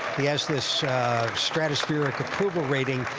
he has this stratospheric approval rating.